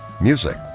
Music